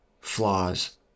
flaws